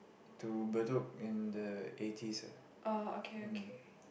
to Bedok in the eighties ah mm